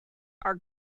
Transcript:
are